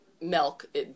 milk